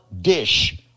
dish